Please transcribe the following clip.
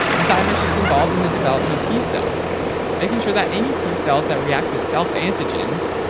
the thymus is involved in the development of t cells making sure that any t cells that react to self-antigens,